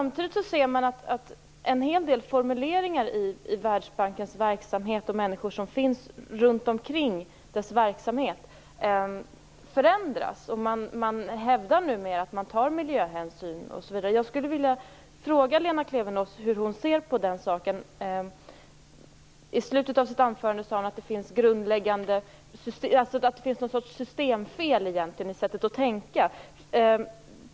Samtidigt ser man att en hel del formuleringar i Världsbankens verksamhet och människor som finns runt omkring dess verksamhet förändras. Man hävdar numera att man tar miljöhänsyn osv. Jag skulle vilja fråga hur Lena Klevenås ser på den saken. I slutet av sitt anförande sade hon att det finns någon sorts systemfel i sättet att tänka.